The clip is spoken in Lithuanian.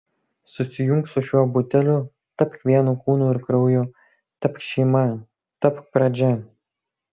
susijunk su šiuo buteliu tapk vienu kūnu ir krauju tapk šeima tapk pradžia